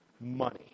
Money